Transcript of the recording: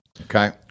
Okay